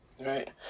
right